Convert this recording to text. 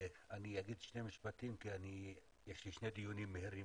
אני אגיד שני משפטים כי יש לי שני דיונים מהירים,